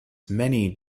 many